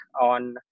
on